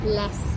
less